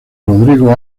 rodrigo